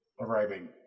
arriving